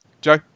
Joe